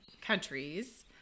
countries